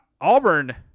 Auburn